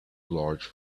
large